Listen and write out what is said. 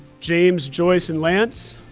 james, joyce, and lance,